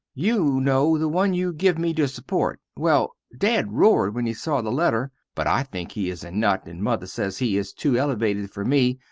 you no the one you give me to suport, well dad rored when he saw the letter but i think he is a nut and mother sez he is two elevated fer me,